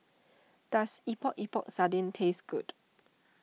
does Epok Epok Sardin taste good